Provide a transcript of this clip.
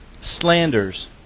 slanders